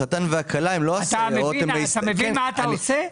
החתן והכלה הם לא הסייעות --- אתה מבין מה אתה עושה?